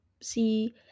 see